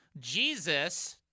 Jesus